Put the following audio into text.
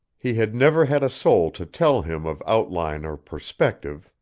he had never had a soul to tell him of outline or perspective,